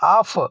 off